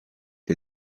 des